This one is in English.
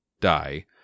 die